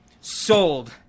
sold